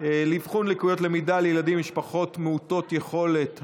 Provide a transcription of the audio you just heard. לאבחון לקויות למידה לילדים ממשפחות מעוטות יכולות,